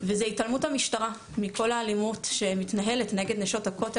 וזה התעלמות המשטרה מכל האלימות שמתנהלת נגד נשות הכותל,